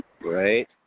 right